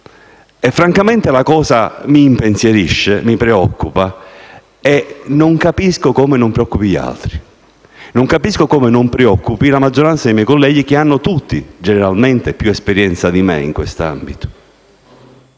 e francamente la cosa mi impensierisce e mi preoccupa e non capisco come non preoccupi gli altri. Non capisco come non preoccupi la maggioranza dei colleghi, che hanno tutti, generalmente, più esperienza di me in questo ambito.